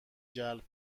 جلب